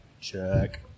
check